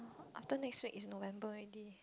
after next week is November already